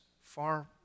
far